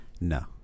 No